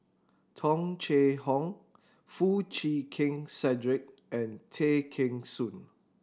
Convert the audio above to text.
Tung Chye Hong Foo Chee Keng Cedric and Tay Kheng Soon